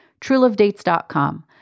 TrueLoveDates.com